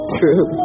true